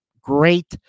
great